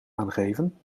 aangeven